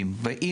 משפטי.